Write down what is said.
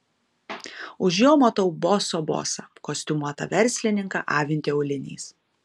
už jo matau boso bosą kostiumuotą verslininką avintį auliniais